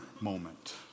moment